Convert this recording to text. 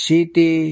City